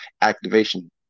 activation